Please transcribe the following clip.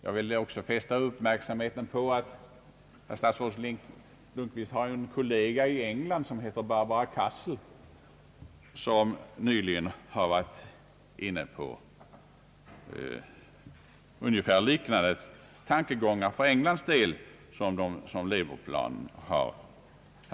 Jag vill också fästa uppmärksamheten på att statsrådet Lundkvist har en kollega i England som heter Barbara Castle och som nyligen för Englands del varit inne på liknande tankegångar som Leberplanen.